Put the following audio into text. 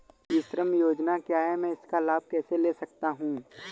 ई श्रम योजना क्या है मैं इसका लाभ कैसे ले सकता हूँ?